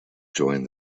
joined